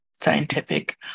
scientific